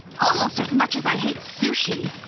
almost as much as i hate sushi.